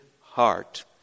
heart